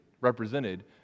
represented